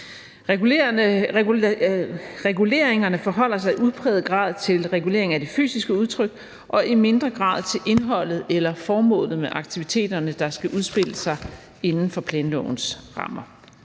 Reguleringerne forholder sig i udpræget grad til regulering af det fysiske udtryk og i mindre grad til indholdet eller formålet med aktiviteterne, der skal udspille sig inden for planlovens rammer.